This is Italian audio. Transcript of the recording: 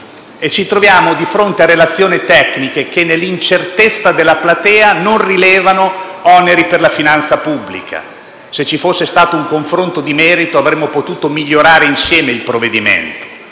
e ci troviamo di fronte a relazioni tecniche che, nell'incertezza della platea, non rilevano oneri per la finanza pubblica. Se ci fosse stato un confronto di merito, avremmo potuto migliorare insieme il provvedimento,